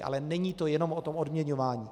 Ale není to jenom o tom odměňování.